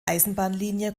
eisenbahnlinie